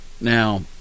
now